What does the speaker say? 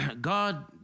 God